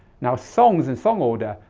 now songs and song order,